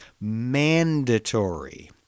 mandatory